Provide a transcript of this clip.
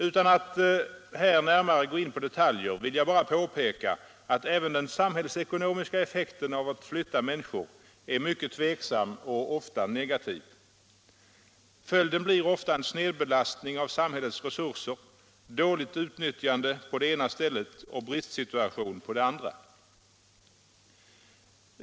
Utan att här närmare gå in på detaljer vill jag bara påpeka att även den samhällsekonomiska effekten av att flytta människor är mycket tvivelaktig och ofta negativ. Följden blir inte sällan en snedbelastning av samhällets resurser, dåligt utnyttjande på det ena stället och bristsituation på det andra.